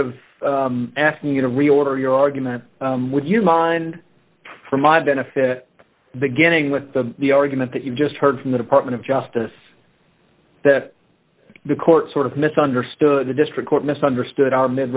of asking you to reorder your argument would you mind for my benefit beginning with the the argument that you just heard from the department of justice that the court sort of misunderstood the district court misunderstood our mid